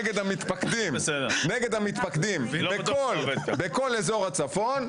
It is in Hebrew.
נגד המתפקדים בכל אזור הצפון.